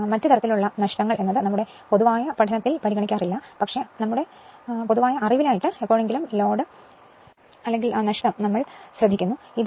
മറ്റ് തരത്തിലുള്ള ലോഡ് ഒന്നും ഇപ്പോൾ നമ്മുടെ പഠനത്തിൽ പരിഗണിക്കുന്നില്ല എന്നാൽ നമ്മുടെ പൊതുവായ അറിവിനായി ലോഡ് അല്ലെങ്കിൽ സ്ട്രെയ് loadstray നഷ്ടംഎന്താണെന്നു നമുക്ക് നോക്കാം